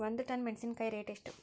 ಒಂದು ಟನ್ ಮೆನೆಸಿನಕಾಯಿ ರೇಟ್ ಎಷ್ಟು?